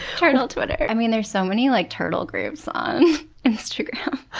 turtle twitter. i mean there are so many like turtle groups on instagram.